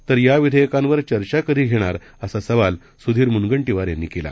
तर याविधेयकांवरचर्चाकधीघेणारअसासवालसुधीरमुनगंटीवारयांनीकेला